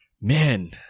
Man